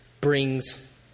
brings